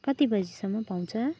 कति बजीसम्म पाउँछ